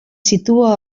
situa